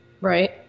Right